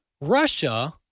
Russia